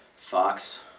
Fox